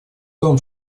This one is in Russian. том